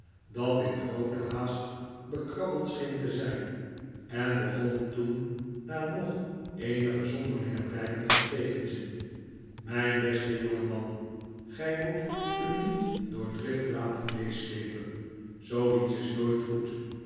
dat in groote haast bekrabbeld scheen te zijn en begon toen na nog eenige zonderlinge blijken van tegenzin mijn beste jongeman gij moet u niet door drift laten meesleepen zooiets is nboit goed